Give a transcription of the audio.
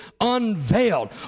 unveiled